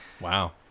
Wow